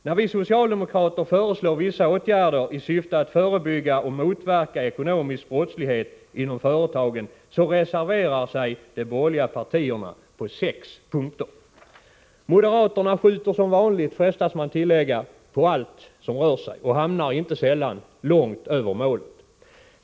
När vi socialdemokrater föreslår vissa åtgärder i syfte att förebygga och motverka ekonomisk brottslighet inom företagen, reserverar sig de borgerliga partierna på sex punkter. Moderaterna skjuter, som vanligt frestas man tillägga, på allt som rör sig och hamnar inte sällan långt över målet.